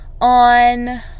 on